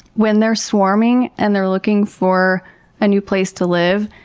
when they're swarming and they're looking for a new place to live,